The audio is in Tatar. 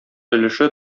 өлеше